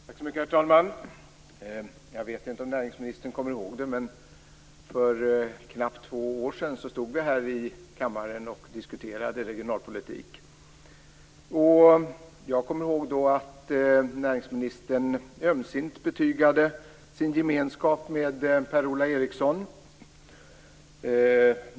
Herr talman! Jag vet inte om näringsministern kommer ihåg det, men för knappt två år sedan stod vi här i kammaren och diskuterade regionalpolitik. Jag kommer ihåg att näringsministern då ömsint betygade sin gemenskap med Per-Ola Eriksson.